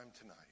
tonight